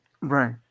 Right